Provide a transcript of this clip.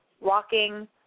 walking